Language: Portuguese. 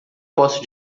posso